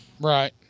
right